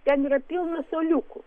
ten yra pilna suoliukų